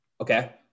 okay